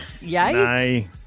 Yay